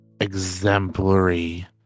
exemplary